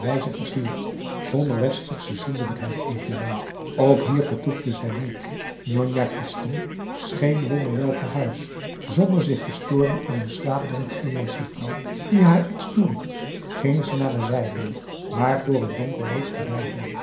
wijze versierd zonder westersche zindelijkheid evenwel ook hier vertoefde zij niet njonjah kerstien scheen wonderwel te huis zonder zich te storen aan een slaapdronken inlandsche vrouw die haar iets toeriep ging ze naar een zijdeur waarvoor een donkerrood gordijn hing